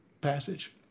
passage